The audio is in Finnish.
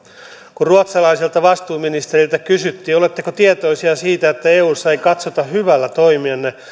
kun ruotsalaiselta vastuuministeriltä kysyttiin oletteko tietoisia siitä että eussa ei katsota hyvällä toimianne